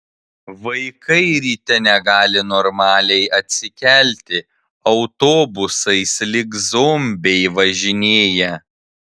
vaikai ryte negali normaliai atsikelti autobusais lyg zombiai važinėja